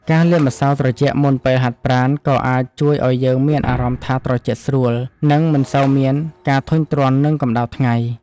ការលាបម្សៅត្រជាក់មុនពេលហាត់ប្រាណក៏អាចជួយឱ្យយើងមានអារម្មណ៍ថាត្រជាក់ស្រួលនិងមិនសូវមានការធុញទ្រាន់នឹងកម្តៅថ្ងៃ។